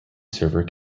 server